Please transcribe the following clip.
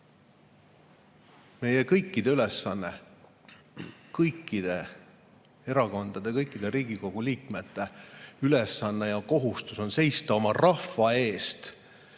Meie kõikide ülesanne, kõikide erakondade, kõikide Riigikogu liikmete ülesanne ja kohustus on seista oma rahva eest,